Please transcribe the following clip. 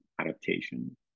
adaptation